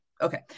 Okay